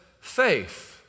faith